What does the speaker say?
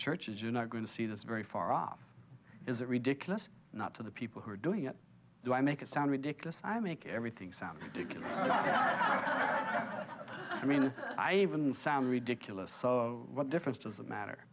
churches you're not going to see this very far off is it ridiculous not to the people who are doing it do i make it sound ridiculous i make everything sound so i mean i even sound ridiculous so what difference does it matter